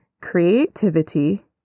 creativity